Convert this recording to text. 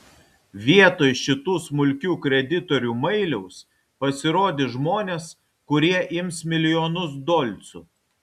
vietoj šitų smulkių kreditorių mailiaus pasirodys žmonės kurie ims milijonus dolcų